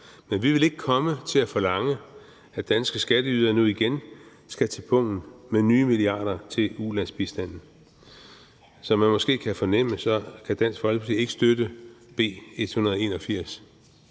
Men vi vil ikke komme til at forlange, at danske skatteydere nu igen skal til pungen efter nye milliarder til ulandsbistanden. Som man måske kan fornemme, kan Dansk Folkeparti ikke støtte B 181.